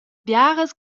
biaras